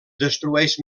destrueix